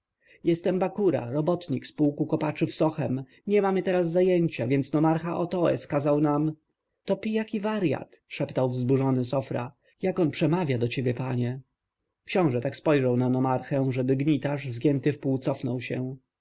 jestem bakura robotnik z pułku kopaczy w sochem nie mamy teraz zajęcia więc nomarcha otoes kazał nam to pijak i warjat szeptał wzburzony sofra jak on przemawia do ciebie panie książę tak spojrzał na nomarchę że dygnitarz zgięty wpół cofnął się